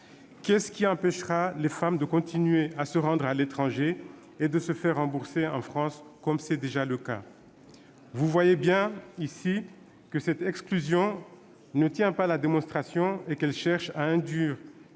Qu'est-ce qui empêchera les femmes de continuer à se rendre à l'étranger et de se faire rembourser en France, comme c'est déjà le cas ? Vous voyez bien que cette exclusion ne tient pas la démonstration et qu'elle cherche à induire